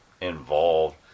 involved